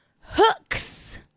hooks